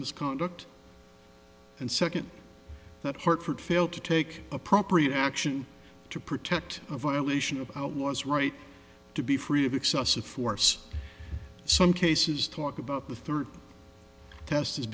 misconduct and second that hartford failed to take appropriate action to protect a violation about was right to be free of excessive force some cases talk about the third test